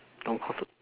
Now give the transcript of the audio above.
don't call the